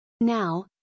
Now